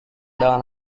dengan